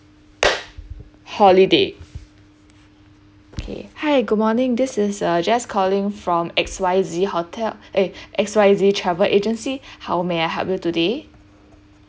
holiday okay hi good morning this is uh jess calling from X Y Z hotel eh X Y Z travel agency how may I help you today